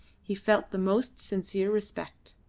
he felt the most sincere respect.